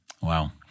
Wow